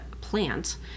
plant